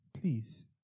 please